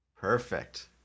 Perfect